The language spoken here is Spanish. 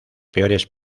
peores